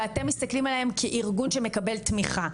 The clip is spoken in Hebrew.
ואתם מסתכלים עליהם כארגון שמקבל תמיכה,